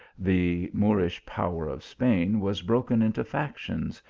the moorish power of spain was broken into factions,